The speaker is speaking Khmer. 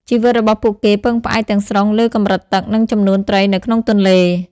ជីវិតរបស់ពួកគេពឹងផ្អែកទាំងស្រុងលើ កម្រិតទឹក និងចំនួនត្រីនៅក្នុងទន្លេ។